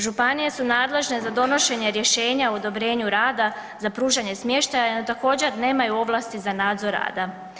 Županije su nadležne za donošenje rješenja o odobrenju rada za pružanje smještaja, također nemaju ovlasti za nadzor rada.